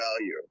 value